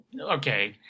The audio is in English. Okay